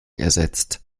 ersetzt